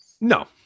No